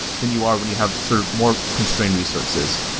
than you are when you have sort of more constrained resources